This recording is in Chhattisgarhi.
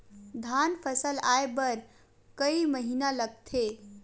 धान फसल आय बर कय महिना लगथे?